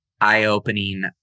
eye-opening